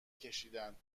کشیدند